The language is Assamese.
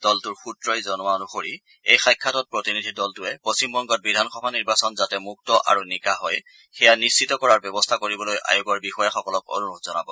দলটোৰ সূত্ৰই জনোৱা অনুসৰি এই সাক্ষাতত প্ৰতিনিধি দলটোৱে পশ্চিমবংগত বিধানসভা নিৰ্বাচন যাতে মুক্ত আৰু নিকা হয় সেয়া নিশ্চিত কৰাৰ ব্যৱস্থা কৰিবলৈ আয়োগৰ বিষয়াসকলক অনুৰোধ জনাব